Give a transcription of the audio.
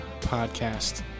Podcast